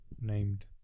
named